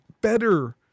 better